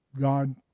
God